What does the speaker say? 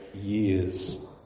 years